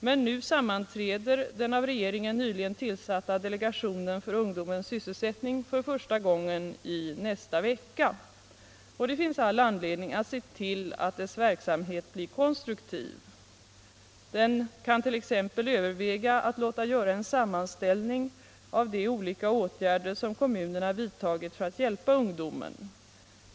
Men nu sammanträder den av regeringen nyligen tillsatta delegationen för ungdomens sysselsättning för första gången i nästa vecka. Det finns all anledning att se till att dess verksamhet blir konstruktiv. Den kan t.ex. överväga att låta göra en sammanställning av de olika åtgärder som kommunerna vidtagit för att hjälpa ungdomen.